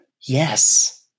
Yes